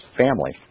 family